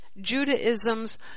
Judaism's